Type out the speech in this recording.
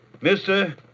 Mister